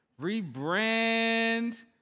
rebrand